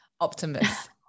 optimist